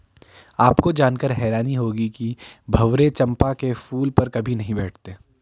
आपको जानकर हैरानी होगी कि भंवरे चंपा के फूल पर कभी नहीं बैठते